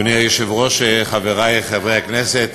אדוני היושב-ראש, חברי חברי הכנסת,